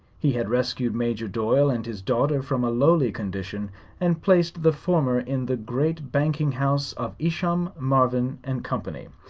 he had rescued major doyle and his daughter from a lowly condition and placed the former in the great banking house of isham, marvin and company,